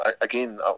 Again